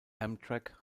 amtrak